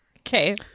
okay